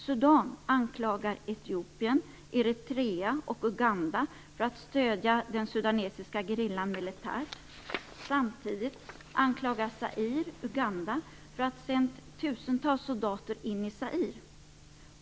Sudan anklagar Etiopien, Eritrea och Uganda för att stödja den sudanesiska gerillan militärt. Samtidigt anklagar Zaire Uganda för att ha sänt tusentals soldater in i Zaire.